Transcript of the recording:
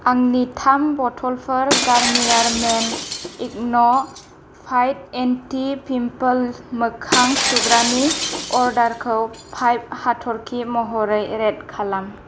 आंनि थाम बथ'लफोर Garnier men acno fight anti pimple मोखां सुग्रानि अर्डारखौ फाएभ हाथरखि महरै रेट खालाम